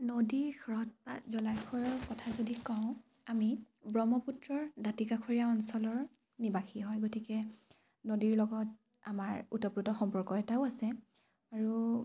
নদী হ্ৰদ বা জলাশয়ৰ কথা যদি কওঁ আমি ব্ৰহ্মপুত্ৰৰ দাঁতিকাষৰীয়া অঞ্চলৰ নিবাসী হয় গতিকে নদীৰ লগত আমাৰ ওতঃপ্ৰোত সম্পৰ্ক এটাও আছে আৰু